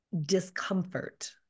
discomfort